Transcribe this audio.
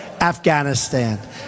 Afghanistan